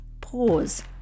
pause